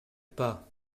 pas